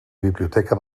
biblioteca